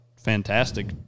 fantastic